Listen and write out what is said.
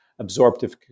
absorptive